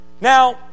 Now